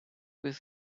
with